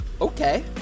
okay